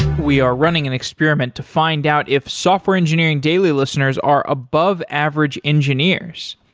we are running an experiment to find out if software engineering daily listeners are above average engineers.